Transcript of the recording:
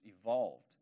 evolved